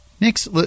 Next